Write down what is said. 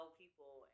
people